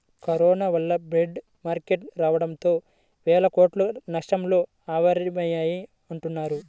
corona వల్ల bear market రావడంతో వేల కోట్లు క్షణాల్లో ఆవిరయ్యాయని అంటున్నారు